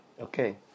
Okay